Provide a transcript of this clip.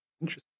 Interesting